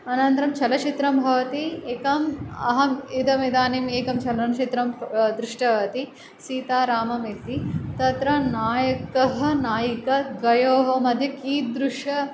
अनन्तरं चलचित्रं भवति एकम् अहम् इदमिदानीम् एकं चलचित्रं दृष्टवती सीतारामम् इति तत्र नायकः नायिका द्वयोः मध्ये कीदृश